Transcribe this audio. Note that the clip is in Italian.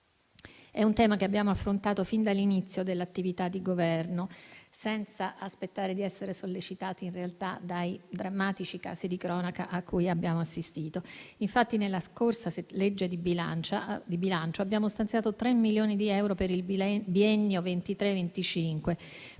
È un tema che abbiamo affrontato fin dall'inizio dell'attività di Governo, in realtà senza aspettare di essere sollecitati dai drammatici casi di cronaca cui abbiamo assistito. Infatti, nella scorsa legge di bilancio abbiamo stanziato tre milioni di euro per il biennio 2023/2025